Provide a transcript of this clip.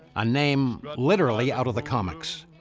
a name literally out of the comics.